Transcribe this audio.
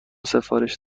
سفارش